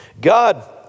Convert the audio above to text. God